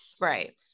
right